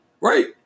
Right